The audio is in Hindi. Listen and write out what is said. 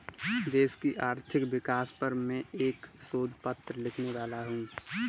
देश की आर्थिक विकास पर मैं एक शोध पत्र लिखने वाला हूँ